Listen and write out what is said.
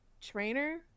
trainer